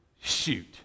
shoot